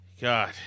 God